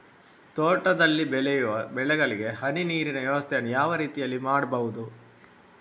ತೋಟದಲ್ಲಿ ಬೆಳೆಯುವ ಬೆಳೆಗಳಿಗೆ ಹನಿ ನೀರಿನ ವ್ಯವಸ್ಥೆಯನ್ನು ಯಾವ ರೀತಿಯಲ್ಲಿ ಮಾಡ್ಬಹುದು?